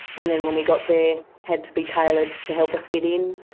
and then when we got there, had to be tailored to help us fit in,